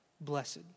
blessed